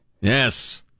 Yes